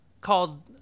called